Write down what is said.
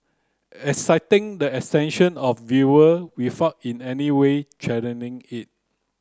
exciting the of viewer without in any way it